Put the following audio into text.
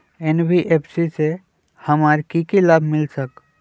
NBFC से हमार की की लाभ मिल सक?